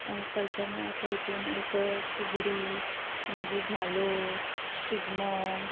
culture म्हणल्यार आतां हेतून एक फुगडी मागीर धालो शिगमो